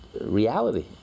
reality